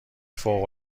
فوق